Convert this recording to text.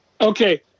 Okay